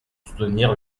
soutenir